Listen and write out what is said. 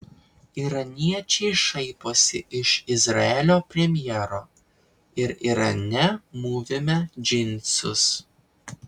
iraniečiai šaiposi iš izraelio premjero ir irane mūvime džinsus